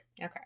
Okay